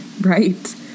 right